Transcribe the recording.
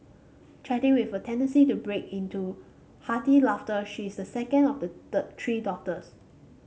chatty with a tendency to break into hearty laughter she is the second of the the three daughters